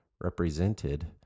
represented